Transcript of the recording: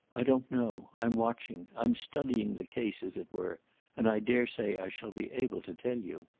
i don't know i'm watching. i'm studying the case, as it were and i dare say i shall be able to tell you.